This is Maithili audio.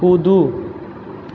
कूदू